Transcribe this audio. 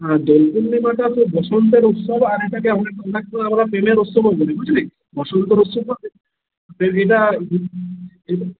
হ্যাঁ দোল পূর্ণিমাটা তো বসন্তের উৎসব আরেকটা কেমন একটা আমরা প্রেমের উৎসব ও বলি বুঝলি বসন্তের উৎসব বা প্রেমের এইটা